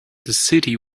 city